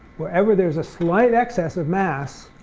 wherever there's a slight excess of mass,